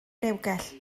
rewgell